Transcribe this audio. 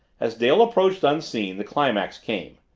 as dale approached, unseen, the climax came.